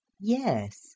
Yes